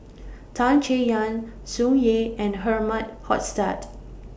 Tan Chay Yan Tsung Yeh and Herman Hochstadt